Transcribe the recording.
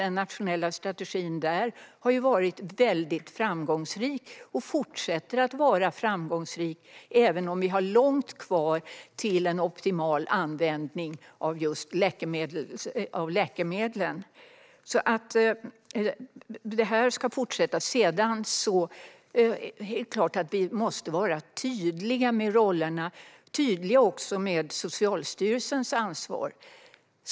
Den nationella strategin där har varit framgångsrik och fortsätter att vara det, även om vi har långt kvar till en optimal användning av läkemedlen. Detta ska fortsätta. Det är klart att vi måste vara tydliga med rollerna och tydliga också med Socialstyrelsens ansvar.